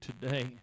today